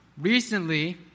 recently